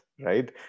right